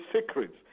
secrets